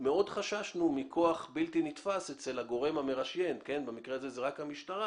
מאוד חששנו מכוח בלתי נתפס אצל הגורם המרשיין במקרה הזה זאת רק המשטרה